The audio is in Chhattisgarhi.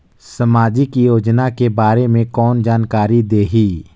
समाजिक योजना के बारे मे कोन जानकारी देही?